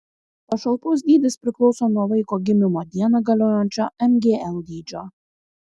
pašalpos dydis priklauso nuo vaiko gimimo dieną galiojančio mgl dydžio